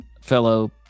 fellow